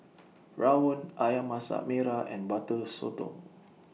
Rawon Ayam Masak Merah and Butter Sotong